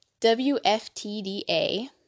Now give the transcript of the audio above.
WFTDA